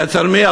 אצל מי,